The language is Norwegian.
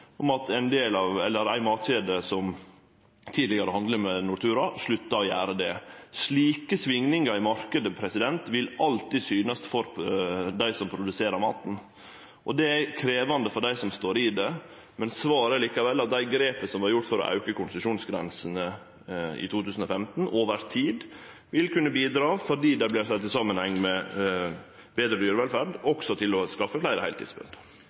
om at ei matkjede som tidlegare handla med Nortura, slutta å gjere det. Slike svingingar i marknaden vil alltid merkast for dei som produserer maten. Det er krevjande for dei som står i det, men svaret er likevel at dei grepa som ein tok med å auke konsesjonsgrensene i 2015, over tid vil kunne bidra, fordi dei vert sette i samanheng med betre dyrevelferd – og også for å skaffe fleire heiltidsbønder.